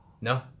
no